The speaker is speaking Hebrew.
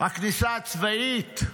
הכניסה הצבאית,